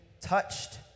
touched